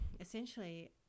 essentially